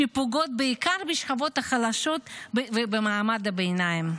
שפוגעות בעיקר בשכבות החלשות ובמעמד הביניים.